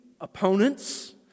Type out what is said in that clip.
opponents